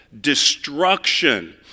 destruction